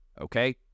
Okay